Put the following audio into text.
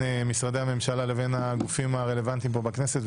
משרדי הממשלה לבין הגופים הרלוונטיים פה בכנסת,